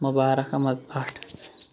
Mubarak Ahmad Bhat